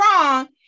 wrong